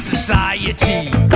Society